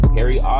Harry